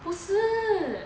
不是